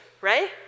right